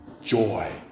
joy